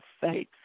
faith